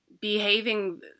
behaving